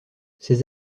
ces